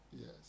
Yes